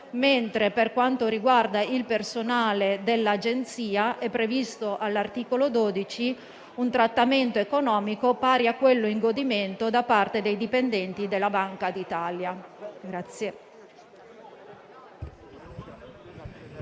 emolumenti. Per quanto riguarda il personale dell'Agenzia, è previsto all'articolo 12 un trattamento economico pari a quello in godimento da parte dei dipendenti della Banca d'Italia.